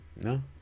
No